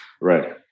Right